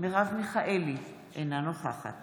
מרב מיכאלי, אינה נוכחת